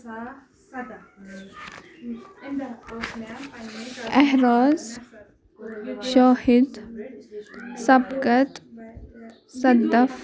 احراز شاہِد سَبقَت صَدَف